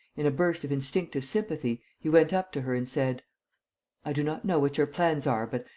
in a burst of instinctive sympathy, he went up to her and said i do not know what your plans are, but,